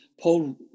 Paul